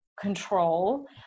control